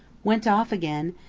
went off again,